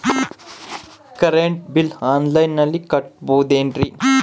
Current bill ಆನ್ಲೈನಿನಲ್ಲಿ ಕಟ್ಟಬಹುದು ಏನ್ರಿ?